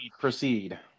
Proceed